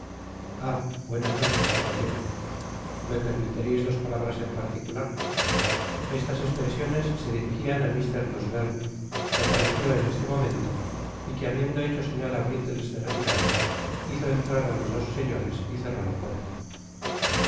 buenas noches caballero me permitireis dos palabras en particular estas espresiones se dirijian á mr losbernc que apareció en éste momento y que habiendo hecho señal á briltles de retirarse hizo entrar á los dos señores y cerró la puerta